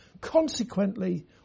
Consequently